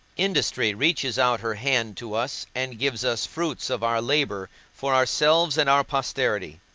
industry reaches out her hand to us and gives us fruits of our labour for ourselves and our posterity